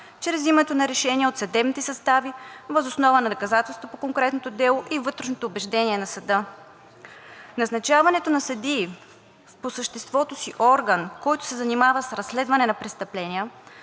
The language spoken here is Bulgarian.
чрез взимането на решения от съдебните състави въз основа на доказателства по конкретното дело и вътрешното убеждение на съда. Назначаването на съдии – по съществото си орган, който се занимава с разследване на престъпления,